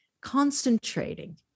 concentrating